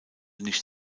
nicht